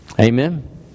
Amen